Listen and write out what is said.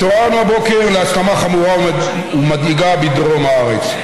התעוררנו הבוקר להסלמה חמורה ומדאיגה בדרום הארץ.